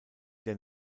der